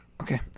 okay